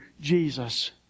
Jesus